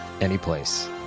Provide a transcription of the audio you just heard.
anyplace